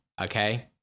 okay